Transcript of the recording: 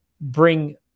bring